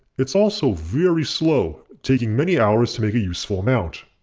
it's also very slow, taking many hours to make a useful amount.